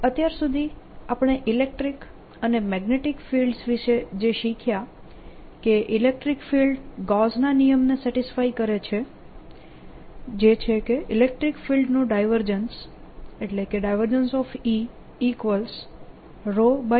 અત્યાર સુધી આપણે ઇલેક્ટ્રીક અને મેગ્નેટીક ફિલ્ડ્સ વિશે જે શીખ્યા કે ઇલેક્ટ્રીક ફિલ્ડ ગૌસના નિયમ Gauss's law ને સેટિસ્ફાય કરે છે જે એ છે કે ઇલેક્ટ્રીક ફિલ્ડનું ડાયવર્જન્સ